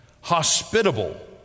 hospitable